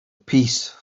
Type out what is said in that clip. peace